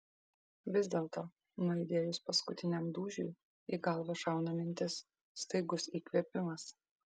vis dėlto nuaidėjus paskutiniam dūžiui į galvą šauna mintis staigus įkvėpimas